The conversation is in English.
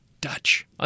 Dutch